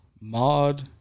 mod